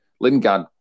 Lingard